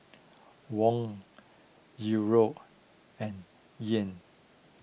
Won Euro and Yen